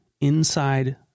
inside